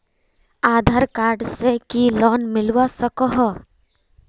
आधार card से की loan मिलवा सकोहो?